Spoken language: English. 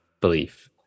belief